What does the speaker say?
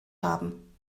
haben